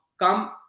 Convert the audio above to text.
come